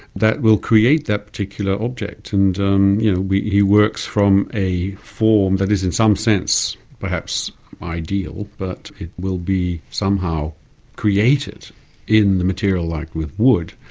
that will create that particular object, and um you know he works from a form that is in some sense, perhaps ideal, but it will be somehow created in the material like with wood,